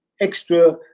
extra